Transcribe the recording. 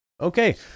Okay